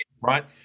right